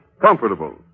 comfortable